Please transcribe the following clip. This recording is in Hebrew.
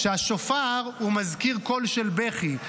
שהשופר מזכיר קול של בכי.